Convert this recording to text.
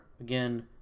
again